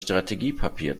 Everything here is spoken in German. strategiepapier